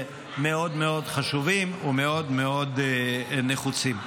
מאוד מאוד חשובים ומאוד מאוד נחוצים.